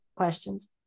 questions